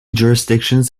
jurisdictions